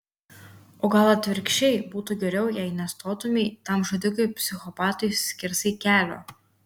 o gal atvirkščiai būtų geriau jei nestotumei tam žudikui psichopatui skersai kelio